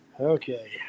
Okay